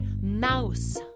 Mouse